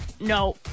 no